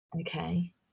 Okay